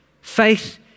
faith